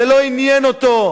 זה לא עניין אותו,